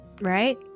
right